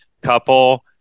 couple